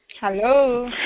Hello